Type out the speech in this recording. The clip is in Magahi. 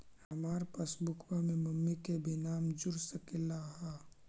हमार पासबुकवा में मम्मी के भी नाम जुर सकलेहा?